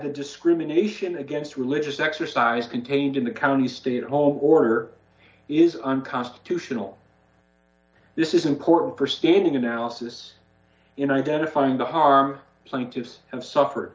the discrimination against religious exercise contained in the county state all order is unconstitutional this is important for standing analysis in identifying the harm scientists have suffered